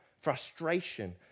frustration